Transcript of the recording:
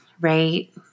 right